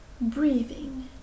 breathing